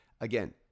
Again